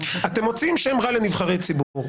אתם מוציאים שם רע לנבחרי ציבור,